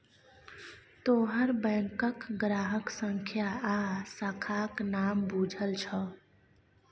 तोहर बैंकक ग्राहक संख्या आ शाखाक नाम बुझल छौ